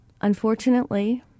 unfortunately